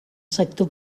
sector